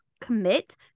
commit